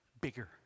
bigger